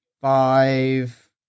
five